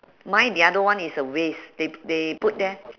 mine the other one is a waste they they put there